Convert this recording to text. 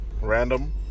random